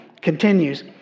continues